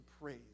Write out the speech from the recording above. praise